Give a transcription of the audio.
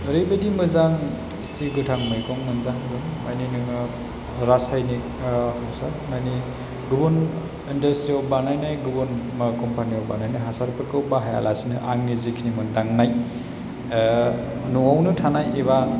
ओरैबायदि मोजां बिदि गोथां मैगं मोनजाखागोन मानि नोङो रासायनिक फिसा मानि गुबुन इन्डास्ट्रिआव बानायनाय गुबुन माह कम्पानियाव बानायनाय सासारफोरखौ बाहायालासिनो आंनि जिखिनि मोन्दांनाय न'आवनो थानाय एबा